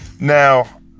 Now